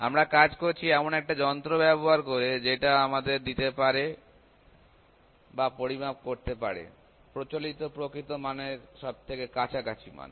আমরা কাজ করছি এমন একটা যন্ত্র ব্যবহার করে যেটা আমাদের দিতে পারে বা পরিমাপ করতে পারে প্রচলিত প্রকৃত মান এর সবথেকে কাছাকাছি মান